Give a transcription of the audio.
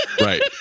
Right